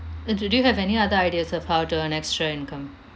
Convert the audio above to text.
uh do do you have any other ideas of how to earn extra income